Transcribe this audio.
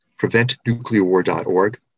preventnuclearwar.org